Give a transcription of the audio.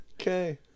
Okay